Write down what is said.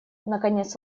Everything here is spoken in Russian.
наконец